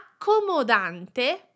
Accomodante